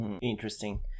Interesting